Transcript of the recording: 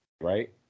right